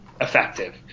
effective